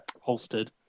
holstered